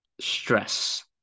stress